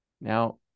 Now